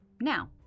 Now